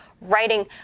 writing